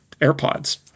AirPods